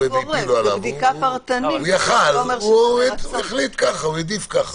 הוא העדיף ככה.